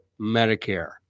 Medicare